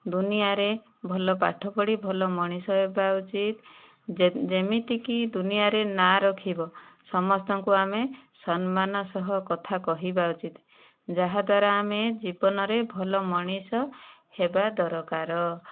ଦୁନିଆରେ ଭଲ ପାଠ ପଢ଼ି ଭଲ ମଣିଷ ହେବା ଉଚିତ ଯେମିତିକି ଦୁନିଆରେ ନାଁ ରଖିବ ସମସ୍ତଙ୍କୁ ଆମେ ସମ୍ମାନ ସହ କଥା କହିବା ଉଚିତ ଯାହାଦ୍ୱାରା ଆମେ ଜୀବନରେ ଭଲ ମଣିଷ ହେବା ଦରକାର